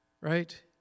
right